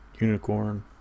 unicorn